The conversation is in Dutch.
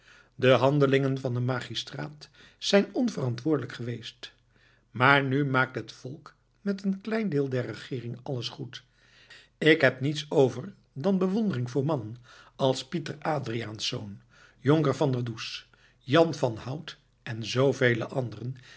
de handelingen van den magistraat zijn onverantwoordelijk geweest maar nu maakt het volk met een klein deel der regeering alles goed ik heb niets over dan bewondering voor mannen als pieter adriaensz jonker van der does jan van hout en zoovele anderen